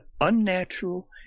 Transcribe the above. unnatural